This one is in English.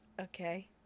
Okay